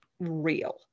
Real